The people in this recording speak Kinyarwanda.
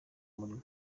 umurimo